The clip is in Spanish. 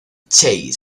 chase